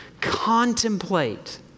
contemplate